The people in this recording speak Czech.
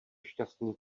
šťastný